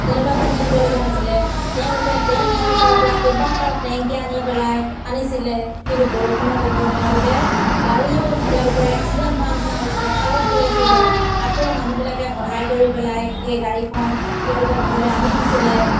তেনেকুৱা পানী আনিবলগীয়া হৈছিলে তেওঁলোকে টেণ্ট হাউচৰ পৰা কেইবাটাও টেংকী আনি পেলাই আনিছিলে কিন্তু বৰষুণৰ বতৰত তেওঁলোকে গাড়ীও তেওঁলোকৰ এক্সিডেণ্ট হোৱা নিচিনা হৈছিলে খালত পৰিছিলে আকৌ মানুহবিলাকে সহায় কৰি পেলাই সেই গাড়ীখন তেওঁলোকৰ ঘৰলৈ আনি দিছিলে